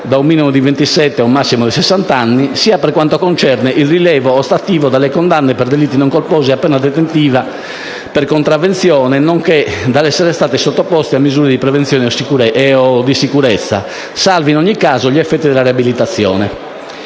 (da un minimo di ventisette ad un massimo di sessant'anni), sia per quanto concerne il rilievo ostativo delle condanne per delitti non colposi o a pena detentiva per contravvenzione, nonché dell'essere stati sottoposti a misure di prevenzione o di sicurezza, salvi in ogni caso gli effetti della riabilitazione.